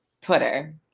Twitter